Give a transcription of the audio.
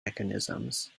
mechanisms